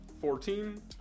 Fourteen